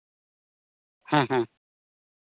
ᱦᱮᱸ ᱦᱮᱸ